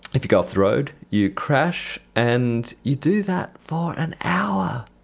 if you go off the road, you crash. and you do that for an hour.